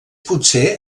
potser